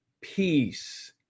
peace